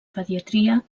pediatria